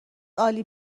عالی